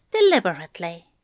deliberately